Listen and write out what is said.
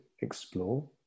explore